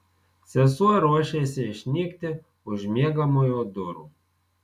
sesuo ruošėsi išnykti už miegamojo durų